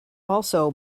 also